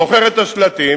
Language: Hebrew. זוכר את השלטים,